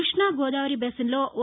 Krishna Godavari basin లో ఓ